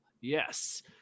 Yes